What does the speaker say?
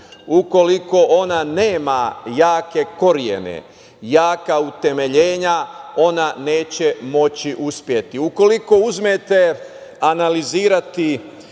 Ukoliko ona nema jake korene, jaka utemeljenje, ona neće moći uspeti. Ukoliko uzmete analizirati